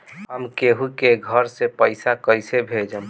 हम केहु के घर से पैसा कैइसे भेजम?